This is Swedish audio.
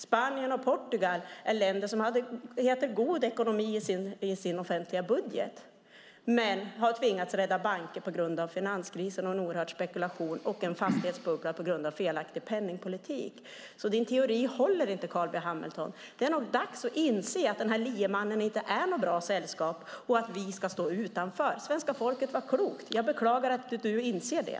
Spanien och Portugal är länder som hade god ekonomi i sin offentliga budget men har tvingats att rädda banker på grund av finanskrisen, en oerhörd spekulation och en fastighetsbubbla på grund av felaktig penningpolitik. Din teori håller inte, Carl B Hamilton. Det är nog dags att inse att den här liemannen inte är något bra sällskap och att vi ska stå utanför. Svenska folket var klokt. Jag beklagar att du inte inser det.